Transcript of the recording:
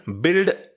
build